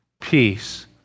peace